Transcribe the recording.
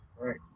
right